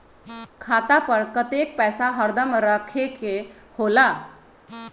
खाता पर कतेक पैसा हरदम रखखे के होला?